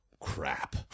crap